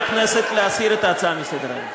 מהכנסת להסיר את ההצעה מסדר-היום.